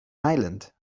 island